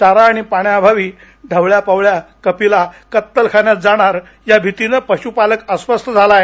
चारा आणि पाण्या अभावी ढवळ्या पवळ्या कपिला कत्तलखान्यात जाणार या भीतिनं पश्पालक अस्वस्थ झाला आहे